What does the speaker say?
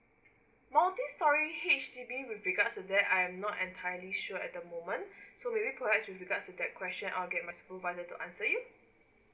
multi storey H_D_B with regards to that I am not entirely sure at the moment so may be perhaps with regards to that question I'll get my supervisor to answer you